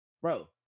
Bro